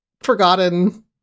forgotten